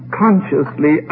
consciously